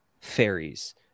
fairies